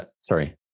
sorry